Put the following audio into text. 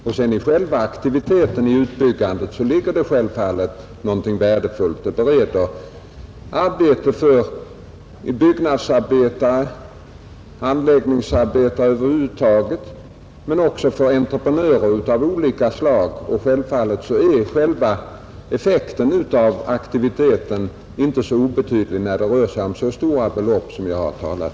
Och i själva aktiviteten i utbyggandet ligger det givetvis någonting värdefullt — det bereder arbete för byggnadsarbetare och anläggningsarbetare över huvud taget men också för entreprenörer av olika slag. Naturligtvis är denna effekt av aktiviteten inte så obetydlig när det rör sig om så stora belopp som jag här nämnt.